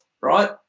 right